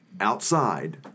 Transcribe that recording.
outside